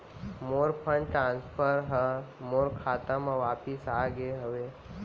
मोर fund transfer हा मोर खाता मा वापिस आ गे हवे